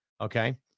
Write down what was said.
Okay